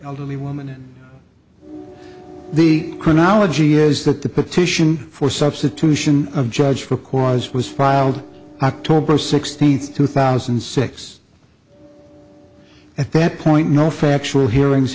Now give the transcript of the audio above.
elderly woman and the chronology is that the petition for substitution of judge for cause was filed october sixteenth two thousand and six at that point no factual hearings